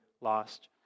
lost